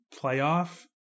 playoff